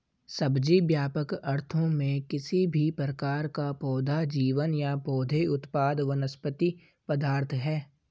सब्जी, व्यापक अर्थों में, किसी भी प्रकार का पौधा जीवन या पौधे उत्पाद वनस्पति पदार्थ है